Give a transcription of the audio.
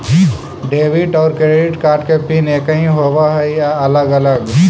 Debit और credit card के PIN एकही होव हइ या अलग अलग?